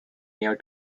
year